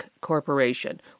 Corporation